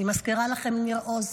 אני מזכירה לכם, בניר עוז